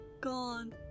Gone